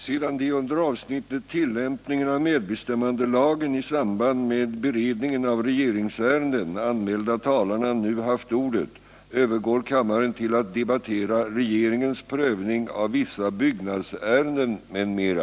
Sedan de under avsnittet Tillämpningen av medbestämmandelagen i samband med beredningen av regeringsärenden anmälda talarna nu haft ordet övergår kammaren till att debattera Regeringens prövning av vissa byggnadsärenden m.m.